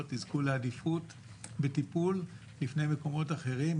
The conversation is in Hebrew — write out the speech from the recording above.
יזכו לעדיפות בטיפול לפני מקומות אחרים,